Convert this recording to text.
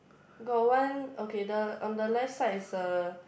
got one okay the on the left side is the